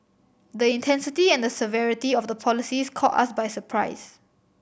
the intensity and the severity of the policies caught us by surprise